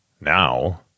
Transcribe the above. now